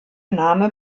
name